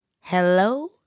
Hello